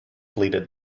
bleated